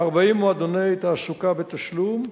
40 מועדוני תעסוקה בתשלום,